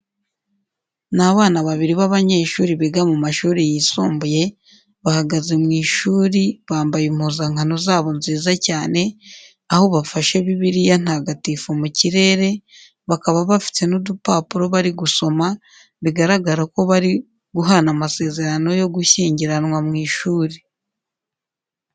Ni abana babiri b'abanyeshuri biga mu mashuri yisumbuye, bahagaze mu ishuri bambaye impuzankano zabo nziza cyane aho bafashe Bibiliya Ntagatifu mu kirere, bakaba bafite n'udupapuro bari gusoma bigaragara ko bari guhana amasezerano yo gushyingiranwa mu ishuri.